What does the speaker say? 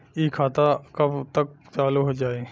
इ खाता कब तक चालू हो जाई?